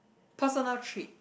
personal trait